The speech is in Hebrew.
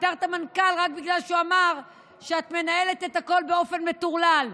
פיטרת את המנכ"ל רק בגלל שהוא אמר שאת מנהלת את הכול באופן מטורלל,